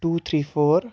two three four